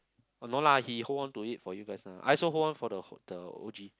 oh no lah he hold on to it for you guys lah I also hold on for the h~ the O_G